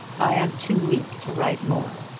i am too weak to write more.